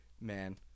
man